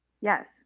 Yes